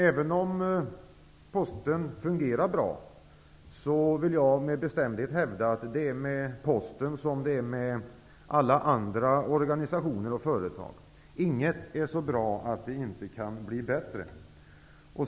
Även om Posten fungerar bra, vill jag med bestämdhet hävda att det är med Posten som med alla andra organisationer och företag: Inget är så bra att det inte kan bli bättre.